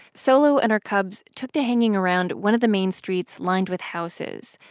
solo and her cubs took to hanging around one of the main streets lined with houses.